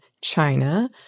China